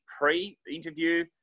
pre-interview